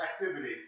activity